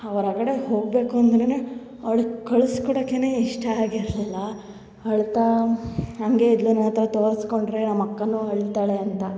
ಹೊರಗಡೆ ಹೋಗಬೇಕು ಅಂದರೆ ಅವ್ಳಿಗೆ ಕಳ್ಸ್ಕೊಡಕ್ಕೆ ಇಷ್ಟ ಆಗಿರಲಿಲ್ಲ ಅಳ್ತಾ ಹಂಗೆ ಇದ್ದಳು ನನ್ನ ಹತ್ರ ತೋರ್ಸ್ಕೊಂಡರೆ ನಮ್ಮ ಅಕ್ಕನು ಅಳ್ತಾಳೆ ಅಂತ